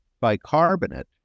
bicarbonate